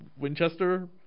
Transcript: Winchester